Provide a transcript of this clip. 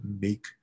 make